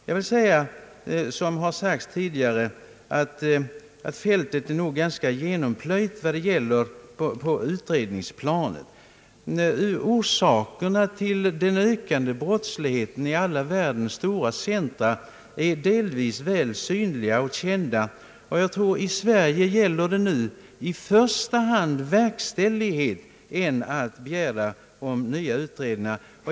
Fältet är nog, som jag nyss sade, ganska väl genomplöjt på utredningsplanet. Orsakerna till den ökande brottsligheten i världens alla stora centra är delvis väl synliga och kända. Jag tror att det i Sverige nu i första hand gäller verkställighet och inte att begära nya utredningar.